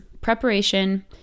preparation